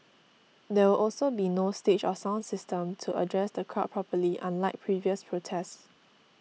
there will also be no stage or sound system to address the crowd properly unlike previous protests